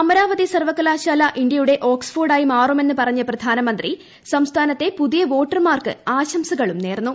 അമരാവതി സർവകലാശാല് ഇന്ത്യയുടെ ഓക്സ്ഫോർഡായി മാറുമെന്ന് പറഞ്ഞ പ്രധാനമ്പ്രത്തി സംസ്ഥാനത്തെ പുതിയ വോട്ടർമാർക്ക് ആശ്യസുകളും നേർന്നു